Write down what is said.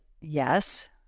yes